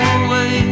away